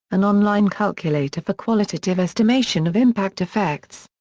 an online calculator for qualitative estimation of impact effects.